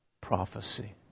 prophecy